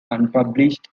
unpublished